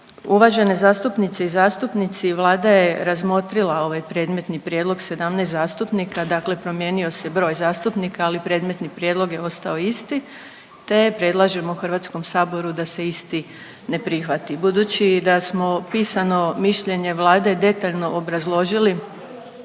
Uvažene zastupnice i zastupnici, Vlada je razmotrila ovaj predmetni prijedlog 17 zastupnika, dakle promijenio se broj zastupnika, ali predmetni prijedlog je ostao isti, te predlažemo HS da se isti ne prihvati. Budući da smo pisano mišljenje Vlade detaljno obrazložili